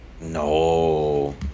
No